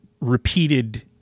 repeated